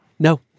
No